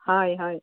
হয় হয়